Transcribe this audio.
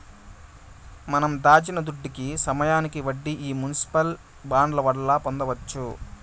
మనం దాచిన దుడ్డుకి సమయానికి వడ్డీ ఈ మునిసిపల్ బాండ్ల వల్ల పొందొచ్చు